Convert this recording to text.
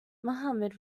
mohammad